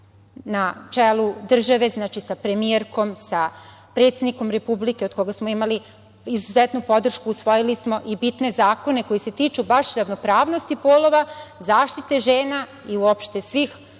Na čelu države sa premijerkom, sa predsednikom Republike, od koga smo imali izuzetnu podršku, usvojili smo i bitne zakone koji se tiču baš ravnopravnosti polova, zaštite žena i uopšte svih u